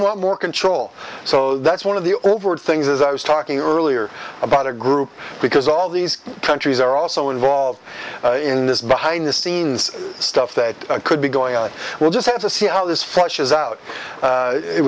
want more control so that's one of the overt things as i was talking earlier about a group because all these countries are also involved in this behind the scenes stuff that could be going on we'll just have to see how this flushes out